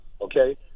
Okay